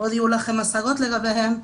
דברים שיהיו לכם השגות לגביהם.